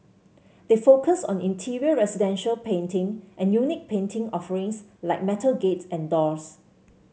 they focus on interior residential painting and unique painting offerings like metal gates and doors